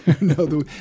no